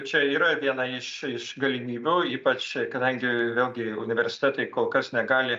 čia yra viena iš iš galimybių ypač kadangi vėlgi universitetai kol kas negali